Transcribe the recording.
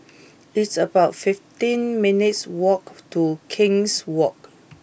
it's about fifteen minutes' walk to King's Walk